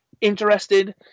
interested